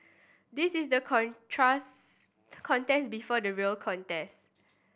this is the contest before the real contest